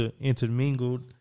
intermingled